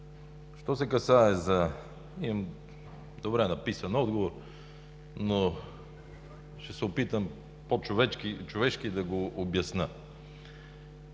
с нея. Имам добре написан отговор, но ще се опитам пό човешки да го обясня.